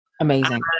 Amazing